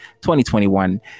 2021